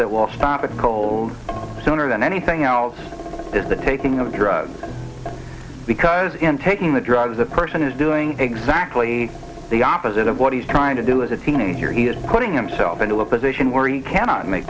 that will stop it cold sooner than anything else is the taking of drugs because in taking the drugs the person is doing exactly the opposite of what he's trying to do as a teenager he is putting himself into a position where he cannot make